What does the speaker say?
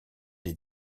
des